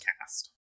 Cast